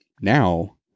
Now